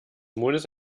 mondes